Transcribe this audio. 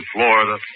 Florida